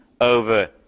over